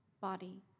body